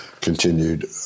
continued